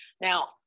Now